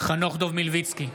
חנוך דב מלביצקי,